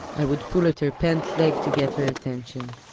i would pull at her pant leg to get her attention.